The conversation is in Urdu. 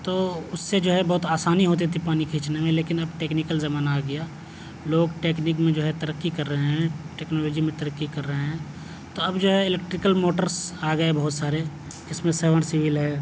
تو اس سے جو ہے بہت آسانی ہوتی تھی پانی کھینچنے میں لیکن اب ٹیکنیکل زمانہ آ گیا لوگ ٹیکنیک میں جو ہے ترقی کر رہے ہیں ٹیکنالوجی میں ترقی کر رہے ہیں تو اب جو ہے الیکٹیکل موٹرس آ گئے بہت سارے اس میں سمر سیبل ہے